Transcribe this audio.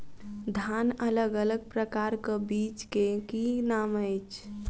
धान अलग अलग प्रकारक बीज केँ की नाम अछि?